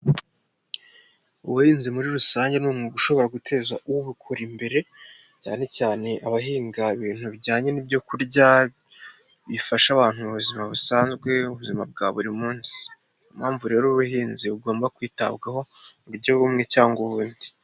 Ubuhinzi muri rusange ni umwuga ushobora guteza ubukora imbere, cyane cyane abahinga ibintu bijyanye n'ibyo kurya, bifasha abantu mu buzima busanzwe, ubuzima bwa buri munsi, ni yo mpamvu rero ubuhinzi bugomba kwitabwaho mu buryo bumwe cyangwa ubundi.